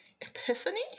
Epiphany